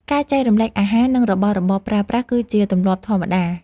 ការចែករំលែកអាហារ និងរបស់របរប្រើប្រាស់គឺជាទម្លាប់ធម្មតា។